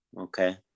okay